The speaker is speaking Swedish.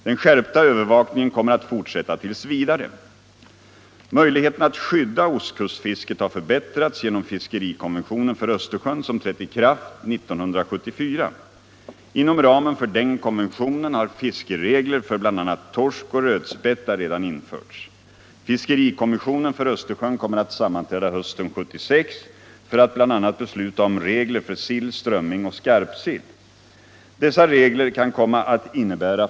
Den skärpta övervakningen kommer att fortsätta tills vidare.